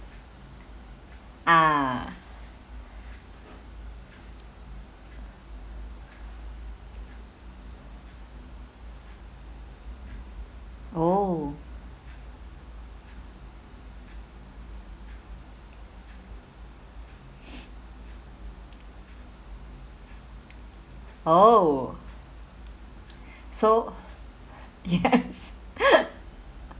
ah oh oh so yes